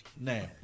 Now